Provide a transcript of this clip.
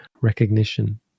recognition